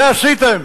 זה עשיתם.